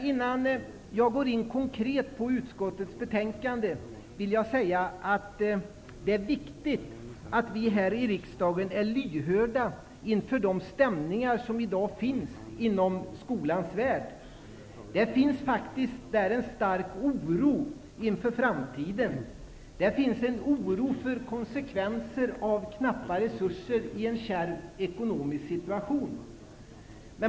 Innan jag går in konkret på betänkandet vill jag säga att det är viktigt att vi här i riksdagen är lyhörda inför de stämningar som i dag finns inom skolans värld. Det finns faktiskt där en stark oro inför framtiden. Det finns en oro för konsekvenserna av knappa resurser i en kärv ekonomisk situation.